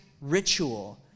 ritual